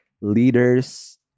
Leaders